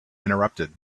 interrupted